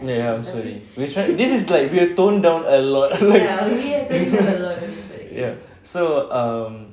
ya I'm sorry this is like we are tone down a lot like ya so um